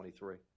2023